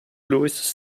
louis